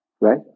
Right